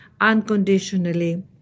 unconditionally